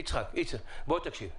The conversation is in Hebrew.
יצחק, יצחק, בוא תקשיב.